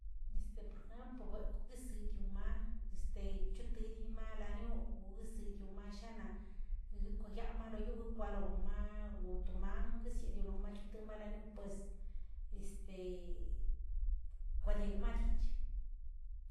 Este por jempl bekwꞌr ziꞌdioꞌmaꞌa, este chotidimalaniꞌo gozəsediomashana eguikoyaamaroyo laomaa otomangs yesadiolomache laniu pues este kwadieg magdich.